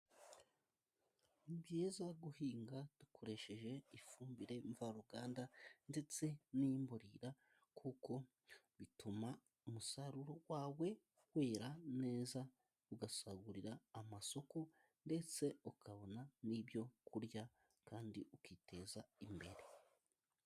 Ni byiza guhinga dukoresheje ifumbire mvaruganda ndetse n'imborera, kuko bituma umusaruro wawe wera neza ugasagurira amasoko, ndetse ukabona n'ibyo kurya kandi ukiteza imbere.